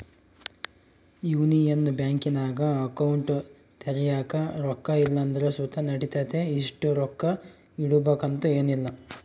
union ಬ್ಯಾಂಕಿನಾಗ account ತೆರ್ಯಾಕ ರೊಕ್ಕ ಇಲ್ಲಂದ್ರ ಸುತ ನಡಿತತೆ, ಇಷ್ಟು ರೊಕ್ಕ ಇಡುಬಕಂತ ಏನಿಲ್ಲ